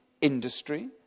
industry